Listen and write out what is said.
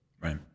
Right